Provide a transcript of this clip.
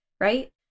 right